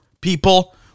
people